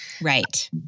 Right